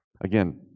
Again